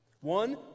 One